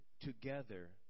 together